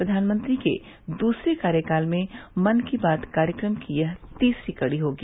प्रधानमंत्री के दूसरे कार्यकाल में मन की बात कार्यक्रम की यह तीसरी कड़ी होगी